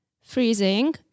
freezing